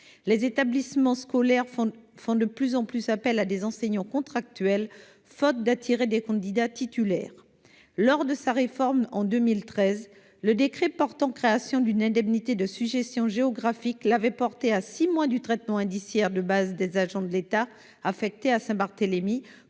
Les établissements scolaires font de plus en plus appel à des enseignants contractuels, faute d'attirer des candidats titulaires. Lors de sa réforme en 2013, le décret portant création d'une indemnité de sujétion géographique a porté celle-ci à six mois du traitement indiciaire de base des agents de l'État affectés à Saint-Barthélemy,